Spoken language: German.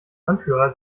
anführer